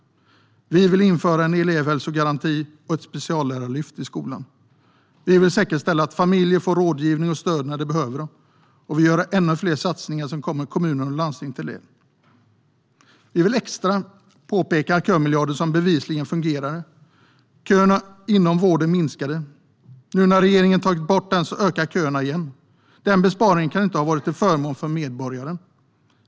Vi vill införa en elevhälsogaranti och ett speciallärarlyft i skolan. Vi vill säkerställa att familjer får rådgivning och stöd när de behöver det. Och vi gör ännu fler satsningar som kommer kommunerna och landstingen till del. Vi vill särskilt peka på kömiljarden, som bevisligen fungerade - köerna inom vården minskade. Nu när regeringen har tagit bort den ökar köerna igen. Denna besparing kan inte ha varit till förmån för medborgaren.